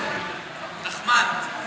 נחמן.